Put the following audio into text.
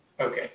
okay